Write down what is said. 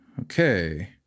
Okay